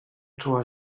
czuła